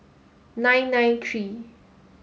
nine nine three